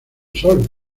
sol